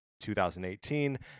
2018